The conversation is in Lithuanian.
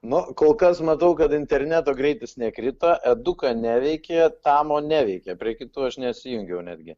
nu kol kas matau kad interneto greitis nekrito eduka neveikė tamo neveikia prie kitų aš nesijungiau netgi